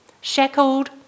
shackled